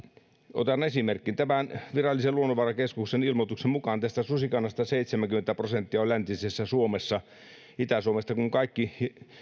otan esimerkin virallisen luonnonvarakeskuksen ilmoituksen mukaan tästä susikannasta seitsemänkymmentä prosenttia on läntisessä suomessa itä suomesta kun kaikki